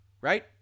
right